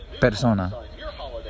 persona